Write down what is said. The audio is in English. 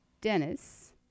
dennis